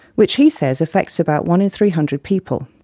which he says affects about one in three hundred people.